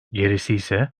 gerisiyse